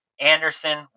Anderson